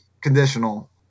Conditional